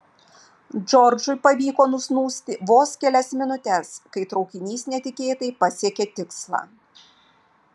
džordžui pavyko nusnūsti vos kelias minutes kai traukinys netikėtai pasiekė tikslą